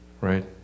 right